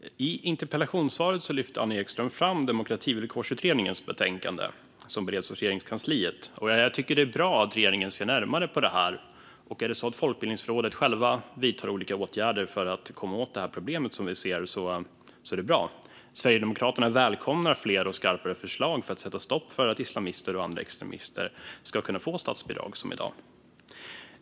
Fru talman! I interpellationssvaret lyfter Anna Ekström fram Demokrativillkorsutredningens betänkande, som bereds hos Regeringskansliet. Jag tycker att det är bra att regeringen ser närmare på detta, och är det så att Folkbildningsrådet självt vidtar olika åtgärder för att komma åt problemet som vi ser är det bra. Sverigedemokraterna välkomnar fler och skarpare förslag för att sätta stopp för att islamister och andra extremister ska kunna få statsbidrag, som i dag.